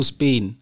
Spain